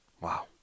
Wow